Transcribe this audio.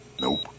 Nope